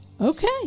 Okay